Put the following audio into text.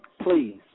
please